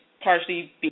partially